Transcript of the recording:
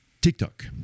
TikTok